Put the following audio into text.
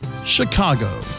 Chicago